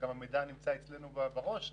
גם המידע נמצא אצלנו בראש.